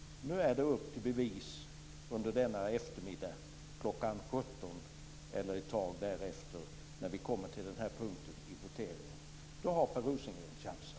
Nu är det upp till bevis under denna eftermiddag. Kl. 17 eller strax därefter, när vi kommer till den här punkten i voteringen, har Per Rosengren chansen.